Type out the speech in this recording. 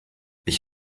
ich